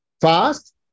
Fast